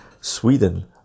Sweden